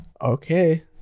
okay